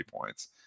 points